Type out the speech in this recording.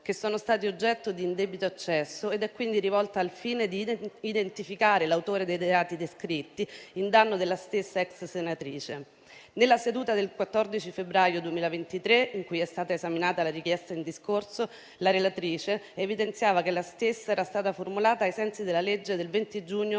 che sono stati oggetto di indebito accesso, ed è quindi rivolta al fine di identificare l'autore dei reati descritti in danno della stessa ex senatrice. Nella seduta del 14 febbraio 2023, in cui è stata esaminata la richiesta in discorso, la relatrice evidenziava che la stessa era stata formulata ai sensi della legge del 20 giugno